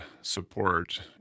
support